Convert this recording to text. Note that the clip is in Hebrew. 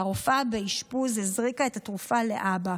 והרופאה באשפוז הזריקה את התרופה לאבא,